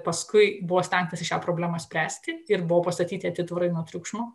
paskui buvo stengtasi šią problemą spręsti ir buvo pastatyti atitvarai nuo triukšmo